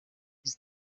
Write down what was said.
izo